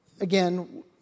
Again